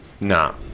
No